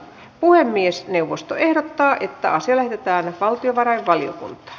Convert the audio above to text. puhemiesneuvosto ehdottaa että asia lähetetään valtiovarainvaliokuntaan